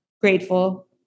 grateful